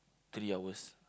three hours